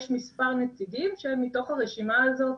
יש מספר נציגים שמתוך הרשימה הזאת